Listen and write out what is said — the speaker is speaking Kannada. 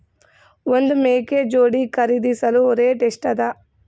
ಒಂದ್ ಮೇಕೆ ಜೋಡಿ ಖರಿದಿಸಲು ರೇಟ್ ಎಷ್ಟ ಅದ?